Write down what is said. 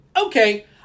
okay